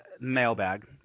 mailbag